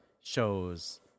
shows